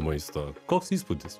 maisto koks įspūdis